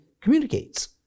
communicates